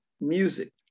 music